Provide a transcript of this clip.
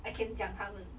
I can 讲他们